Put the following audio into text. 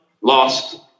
lost